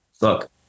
Look